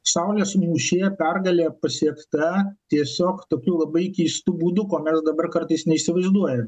saulės mūšyje pergalė pasiekta tiesiog tokių labai keistų būdų ko mes dabar kartais neįsivaizduojam